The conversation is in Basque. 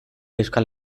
euskal